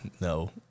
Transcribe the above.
No